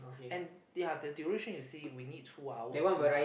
and yea the duration you see we need two hour plus